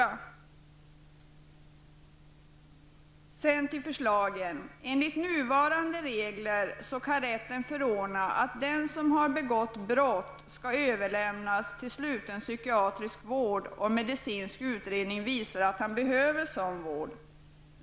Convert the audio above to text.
Jag kommer nu in på förslagen. Enligt nuvarande regler kan rätten förordna att den som har begått brott skall överlämnas till sluten psykiatrisk vård om medicinsk utredning visar att han behöver sådan vård.